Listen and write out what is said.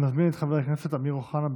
אני מזמין את חבר הכנסת אמיר אוחנה,